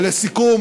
ולסיכום,